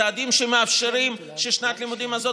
צעדים שמאפשרים לשנת הלימודים הזאת